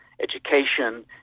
education